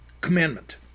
commandment